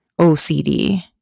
OCD